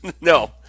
No